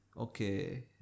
Okay